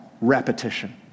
repetition